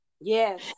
Yes